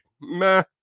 meh